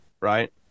right